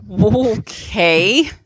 Okay